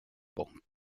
banque